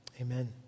amen